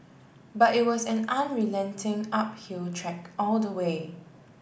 but it was an unrelenting uphill trek all the way